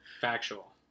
Factual